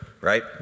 right